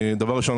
דבר ראשון,